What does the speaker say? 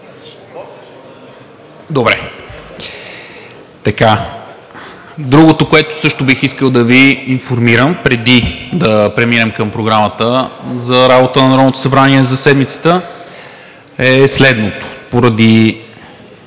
зала. Другото, което също бих искал да Ви информирам, преди да преминем към Програмата за работата на Народното събрание за седмицата, е следното. Както